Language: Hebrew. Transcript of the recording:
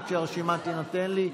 עד שהרשימה תינתן לי,